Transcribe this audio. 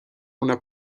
una